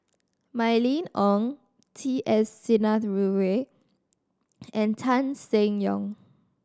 Mylene Ong T S Sinnathuray and Tan Seng Yong